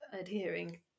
adhering